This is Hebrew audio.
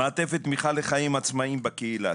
מעטפת תמיכה לחיים עצמאיים בקהילה,